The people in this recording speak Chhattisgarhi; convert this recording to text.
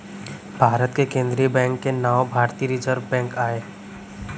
भारत के केंद्रीय बेंक के नांव भारतीय रिजर्व बेंक आय